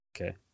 Okay